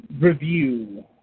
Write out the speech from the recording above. review